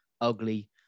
ugly